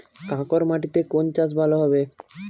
কাঁকর মাটিতে কোন চাষ ভালো হবে?